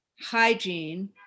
hygiene